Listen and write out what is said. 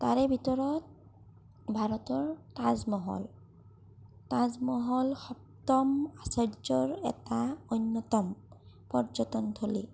তাৰে ভিতৰত ভাৰতৰ তাজমহল তাজমহল সপ্তম আশ্বৰ্যৰ এটা অন্যতম পৰ্যটনথলী